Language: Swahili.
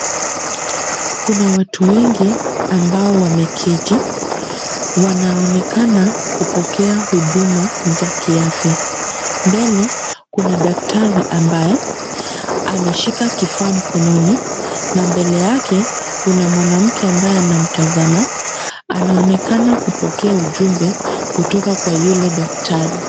Kuna watu wengi ambao wameketi. Wanaonekana kupokea huduma za kiafya. Mbele kuna daktari ambaye ameshika kifaa mkononi na mbele yake kuna mwanamke ambaye anamtazama. Anaonekana kupokea ujumbe kutoka kwa yule daktari.